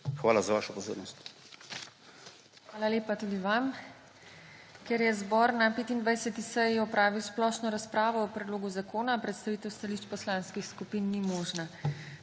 TINA HEFERLE:** Hvala lepa tudi vam. Ker je zbor na 25. seji opravil splošno razpravo o predlogu zakona, predstavitev stališč poslanskih skupin ni možna.